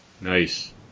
Nice